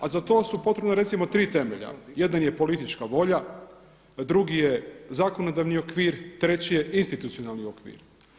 A za to su potrebna recimo tri temelja, jedan je politička volja, drugi je zakonodavni okvir, treći je institucionalni okvir.